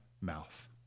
mouth